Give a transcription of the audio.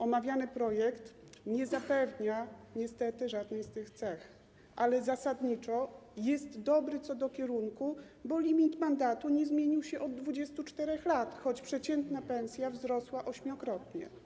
Omawiany projekt nie zapewnia niestety żadnej z tych cech, ale zasadniczo jest dobry co do kierunku, bo limit mandatu nie zmienił się od 24 lat, choć przeciętna pensja wzrosła ośmiokrotnie.